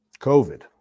covid